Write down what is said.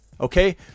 okay